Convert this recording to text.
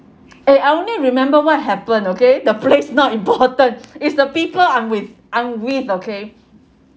eh I only remember what happen okay the place not important it's the people I'm with I'm with okay